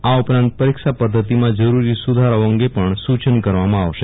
આ ઉપર ાંત પરિક્ષા પઘ્ધતિમાં જરૂરી સુધારાઓ અંગ પણ સુચન કરવામાં આવશે